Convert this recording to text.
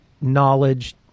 knowledge